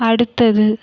அடுத்தது